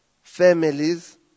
families